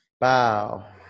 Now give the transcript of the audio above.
bow